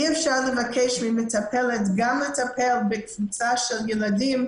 אי אפשר לבקש ממטפלת גם לטפל בקבוצה של ילדים,